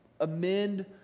amend